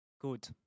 Good